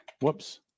whoops